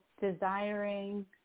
desiring